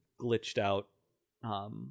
glitched-out